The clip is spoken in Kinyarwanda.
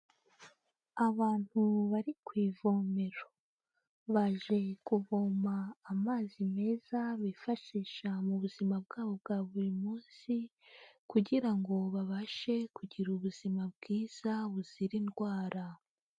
Abantu bari ku ivomero, baje kuvoma amazi meza bifashisha mu buzima bwabo bwa buri munsi kugira ngo babashe kugira ubuzima bwiza buzira indwara.